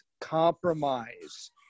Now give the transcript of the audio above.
compromise